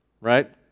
right